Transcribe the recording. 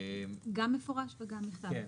מפורש וגם בכתב.